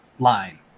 line